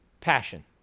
passion